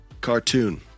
Cartoon